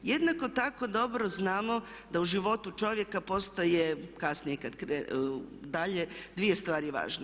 Jednako tako dobro znamo da u životu čovjeka postoje, kasnije kada krene dalje dvije stvari važno.